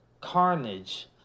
Carnage